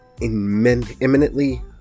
imminently